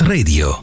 Radio